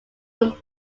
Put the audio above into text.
when